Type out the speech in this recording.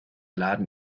laden